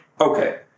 okay